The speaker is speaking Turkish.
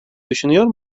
düşünüyor